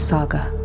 Saga